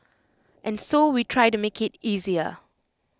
and so we try to make IT easier